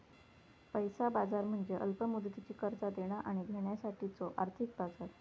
पैसा बाजार म्हणजे अल्प मुदतीची कर्जा देणा आणि घेण्यासाठीचो आर्थिक बाजार